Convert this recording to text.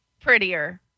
Prettier